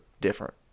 different